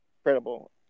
incredible